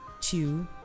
two